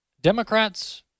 Democrats